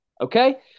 okay